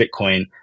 Bitcoin